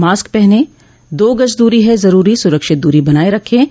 mask पहनें दो गज़ दूरी है ज़रूरी सुरक्षित दूरी बनाए रखें